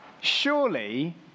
surely